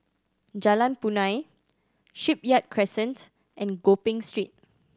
Jalan Punai Shipyard Crescent and Gopeng Street